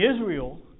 Israel